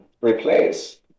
replace